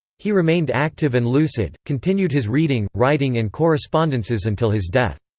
he remained active and lucid, continued his reading, writing and correspondences until his death.